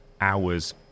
hours